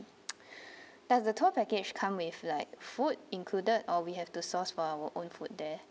does the tour package come with like food included or we have to source for our own food there